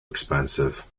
expensive